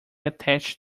attached